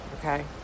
Okay